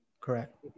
Correct